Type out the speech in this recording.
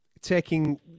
taking